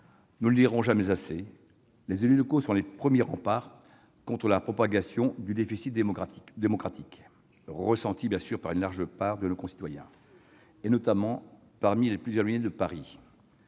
Nous ne le dirons jamais assez, les élus locaux sont les premiers remparts contre la propagation du déficit démographique- pardon, démocratique ! -ressenti par une large part de nos concitoyens, notamment parmi les plus éloignés de Paris.